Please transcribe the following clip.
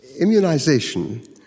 immunization